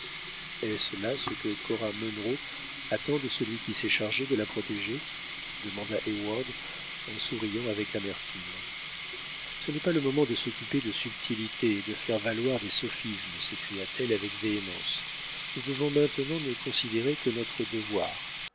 est-ce là ce que cora munro attend de celui qui s'est chargé de la protéger demanda heyward en souriant avec amertume ce n'est pas le moment de s'occuper de subtilités et de faire valoir des sophismes s'écria-t-elle avec véhémence nous devons maintenant ne considérer que notre devoir